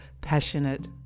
passionate